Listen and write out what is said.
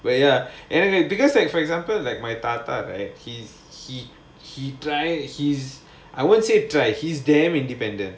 but ya anyway because like for example like my தாத்தா:thatha right he he he tries he's I won't say try he is damn independent